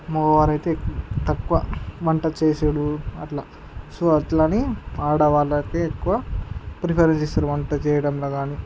మగవారు అయితే తక్కువ వంట చేయడం అట్లా సో అట్లానే ఆడవాళ్ళకి ఎక్కువ ప్రిఫరెన్స్ ఇస్తారు వంట చేయడంలో గాని